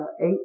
eight